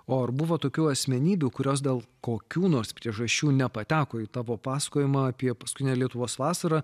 o ar buvo tokių asmenybių kurios dėl kokių nors priežasčių nepateko į tavo pasakojimą apie paskutinę lietuvos vasarą